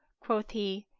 quoth he,